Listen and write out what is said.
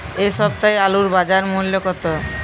এ সপ্তাহের আলুর বাজার মূল্য কত?